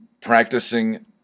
Practicing